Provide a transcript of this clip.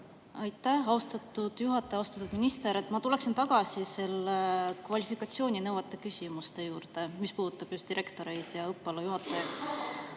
Aitäh, austatud juhataja! Austatud minister! Ma tuleksin tagasi kvalifikatsiooninõuete küsimuse juurde, mis puudutab direktoreid ja õppealajuhatajaid.